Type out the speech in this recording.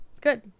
good